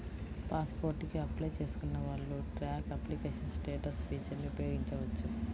pass port కి apply చేసుకున్న వాళ్ళు ట్రాక్ అప్లికేషన్ స్టేటస్ ఫీచర్ని ఉపయోగించవచ్చు